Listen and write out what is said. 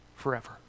forever